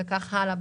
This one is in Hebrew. וכך הלאה,